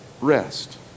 rest